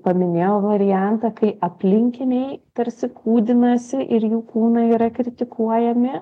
paminėjo variantą kai aplinkiniai tarsi kūdinasi ir jų kūnai yra kritikuojami